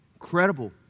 Incredible